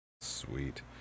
Sweet